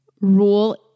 rule